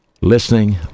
listening